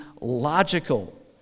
logical